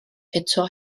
eto